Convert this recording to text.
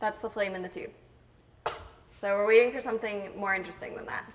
that's the flame in the tube so we're waiting for something more interesting than that